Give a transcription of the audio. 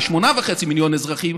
ל-8.5 מיליון אזרחים,